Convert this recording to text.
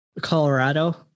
Colorado